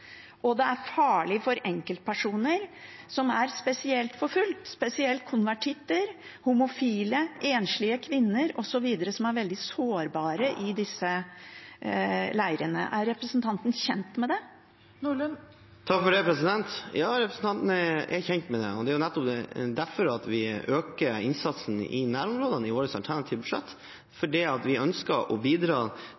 og det er farlig for enkeltpersoner som er spesielt forfulgt, spesielt konvertitter, homofile, enslige kvinner osv., som er veldig sårbare i disse leirene. Er representanten kjent med det? Ja, representanten er kjent med det. Det er nettopp derfor vi øker innsatsen i nærområdene i vårt alternative budsjett,